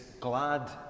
glad